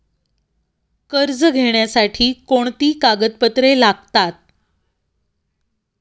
कर्ज घेण्यासाठी कोणती कागदपत्रे लागतात?